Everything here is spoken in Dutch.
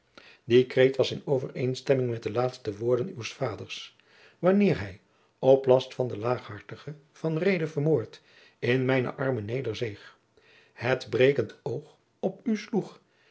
die kreet was in overeenstemming met de laatste woorden uws vaders wanneer hij op last van den laaghartigen van reede vermoord in mijne armen nederzeeg het brekend oog op u sloeg